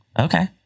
Okay